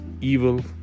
evil